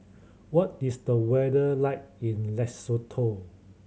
what is the weather like in Lesotho